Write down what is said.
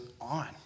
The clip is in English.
on